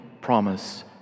promise